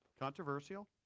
controversial